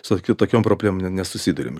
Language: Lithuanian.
su tokiu tokiom problemom nesusiduriam